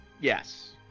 Yes